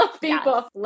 people